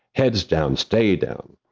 heads down, stay down.